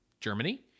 Germany